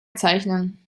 zeichnen